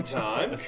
time